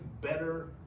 better